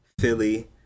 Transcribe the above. Philly